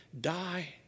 Die